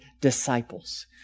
disciples